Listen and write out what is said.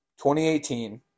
2018